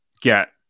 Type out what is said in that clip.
get